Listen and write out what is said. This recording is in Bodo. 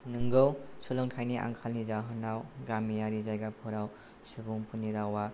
नोंगौ सोलोंथाइनि आंखालनि जाहोनाव गामियारि जायगाफोराव सुबुंफोरनि रावा